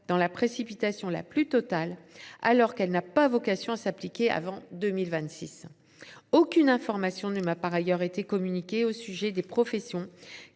dans la précipitation la plus totale, alors qu’elle n’a pas vocation à s’appliquer avant 2026. Aucune information ne m’a par ailleurs été communiquée au sujet des professions